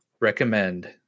recommend